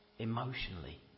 emotionally